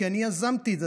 כי אני יזמתי את זה,